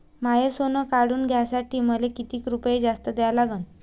माय सोनं काढून घ्यासाठी मले कितीक रुपये जास्त द्या लागन?